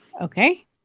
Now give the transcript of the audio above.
okay